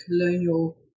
colonial